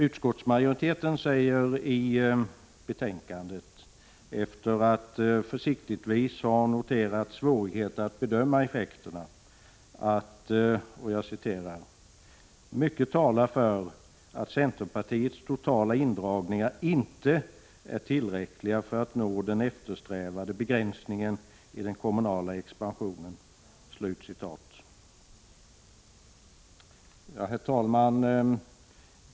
Utskottsmajoriteten säger i betänkandet, efter att försiktigtvis ha noterat svårigheter att bedöma effekterna, att ”mycket talar för att centerpartiets totala indragningar inte är tillräckliga för att nå den eftersträvade begränsningen i den kommunala expansionen”. Herr talman!